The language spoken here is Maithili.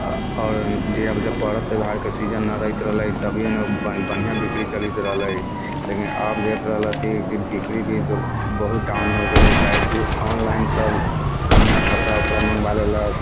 आओर जे जब परब त्योहारके सीजन नहि रहैत रहलै तभियो नहि बढ़िआँ बिक्री चलैत रहलै लेकिन अब देख रहल रहति कि बिक्री भी बहुत डाउन हो गेलै काहे कि ऑनलाइन सभ अपना कपड़ा उपरा मँगबा लेलक